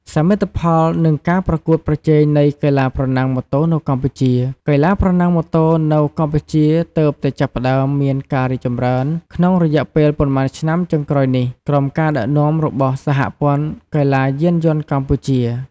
សមិទ្ធផល និងការប្រកួតប្រជែងនៃកីឡាប្រណាំងម៉ូតូនៅកម្ពុជា កីឡាប្រណាំងម៉ូតូនៅកម្ពុជាទើបតែចាប់ផ្តើមមានការរីកចម្រើនក្នុងរយៈពេលប៉ុន្មានឆ្នាំចុងក្រោយនេះ ក្រោមការដឹកនាំរបស់ សហព័ន្ធកីឡាយានយន្តកម្ពុជា។